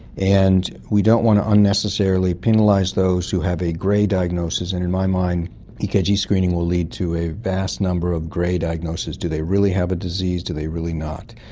and we don't want to unnecessarily penalise those who have a grey diagnosis, and in my mind ekg screening will lead to a vast number of grey diagnoses do they really have a disease, do they really not?